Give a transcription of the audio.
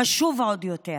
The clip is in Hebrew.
חשוב עוד יותר.